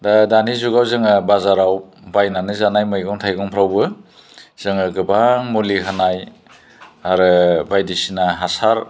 दानि जुगाव जोङो बाजाराव बायनानै जानाय मैगं थाइगंफ्रावबो जोङो गोबां मुलि होनाय आरो बायदिसिना हासार